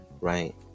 right